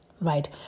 right